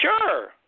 Sure